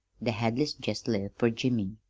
the hadleys jest lived fer jimmy.